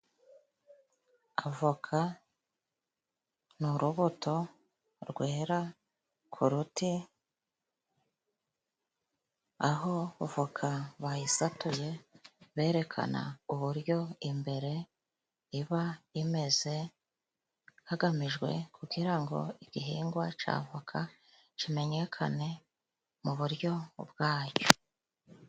Avoka ni urubuto rwera ku ruti, aho avoka bayisatuye, berekana uburyo imbere iba imeze, hagamijwe kugira ngo igihingwa cya avoka kimenyekane mu buryo bwacyo.